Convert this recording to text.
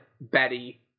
Betty